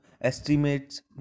estimates